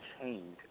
change